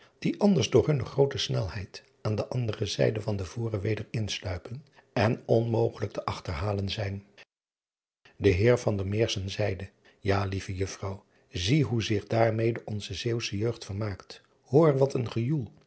die anders door hunne groote snelheid aan de andere zijde van de vore weder insluipen en onmogelijk te achterhalen zijn e eer zeide a lieve uffrouw zie hoe zich daarmede onze eeuwsche jeugd vermaakt hoor wat een gejoel